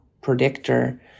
predictor